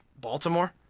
Baltimore